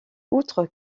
outre